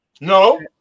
No